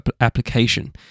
application